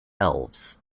elves